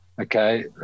Okay